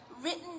written